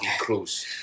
close